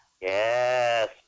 Yes